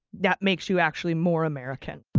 that makes you actually more american.